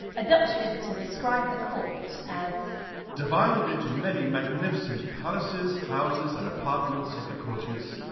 a dutch visitor described the court as divided into many magnificent palaces, houses, and apartments of the courtiers.